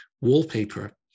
wallpaper